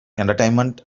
entertainment